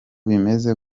bimeze